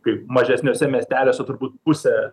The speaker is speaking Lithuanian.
kai mažesniuose miesteliuose turbūt pusė